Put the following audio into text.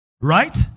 Right